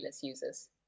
users